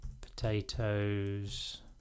potatoes